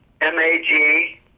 M-A-G